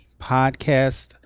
podcast